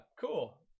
cool